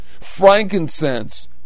Frankincense